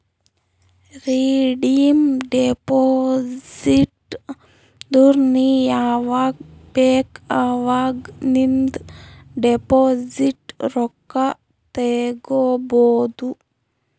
redeem deposit ಅಂದುರ್ ನೀ ಯಾವಾಗ್ ಬೇಕ್ ಅವಾಗ್ ನಿಂದ್ ಡೆಪೋಸಿಟ್ ರೊಕ್ಕಾ ತೇಕೊಬೋದು